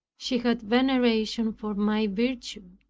she had veneration for my virtue.